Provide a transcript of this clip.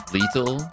Lethal